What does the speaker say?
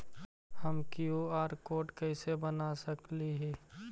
हम QR code कैसे बना सकली ही?